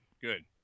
Good